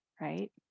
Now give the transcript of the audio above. right